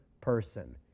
person